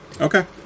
Okay